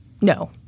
No